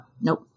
Nope